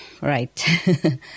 right